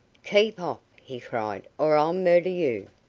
keep off, he cried, or i'll murder you.